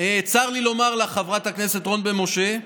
צר לי לומר לך, חברת הכנסת רון בן משה,